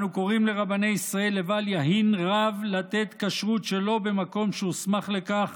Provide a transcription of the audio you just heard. אנו קוראים לרבני ישראל לבל יהין רב לתת כשרות שלא במקום שהוסמך לכך